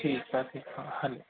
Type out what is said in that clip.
ठीकु आहे ठीकु आहे हले